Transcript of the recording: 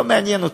לא מעניין אותם.